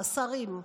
לשרים,